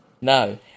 No